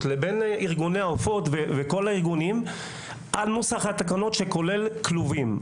וארגוני העופות על נוסח התקנות שכולל כלובים.